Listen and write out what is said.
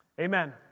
Amen